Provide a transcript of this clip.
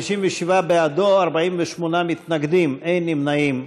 57 בעדו, 48 מתנגדים, אין נמנעים.